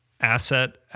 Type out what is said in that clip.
asset